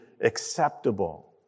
acceptable